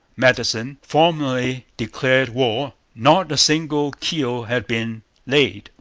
madison, formally declared war, not a single keel had been laid.